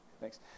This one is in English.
Thanks